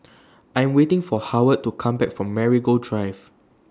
I'm waiting For Howard to Come Back from Marigold Drive